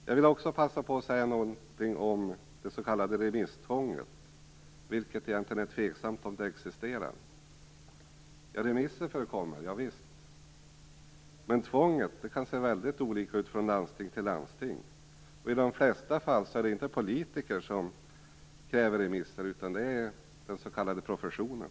Jag vill också passa på att säga något om det s.k. remisstvånget - det är ju egentligen tveksamt om det existerar. Remisser förekommer, ja visst, men tvånget kan se väldigt olika ut från landsting till landsting, och i de flesta fall är det inte politiker som kräver remisser utan den s.k. professionen.